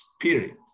period